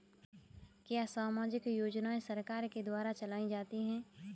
क्या सामाजिक योजनाएँ सरकार के द्वारा चलाई जाती हैं?